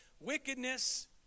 wickedness